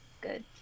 Good